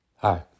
Hi